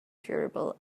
durable